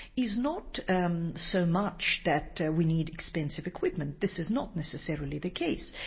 is not um so much that we need expensive equipment, this is not necessarily the case,